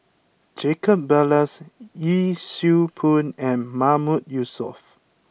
Jacob Ballas Yee Siew Pun and Mahmood Yusof